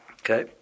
okay